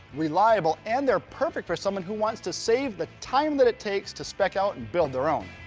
reliable, and they're perfect for someone who wants to save the time that it takes to spec out and build their own.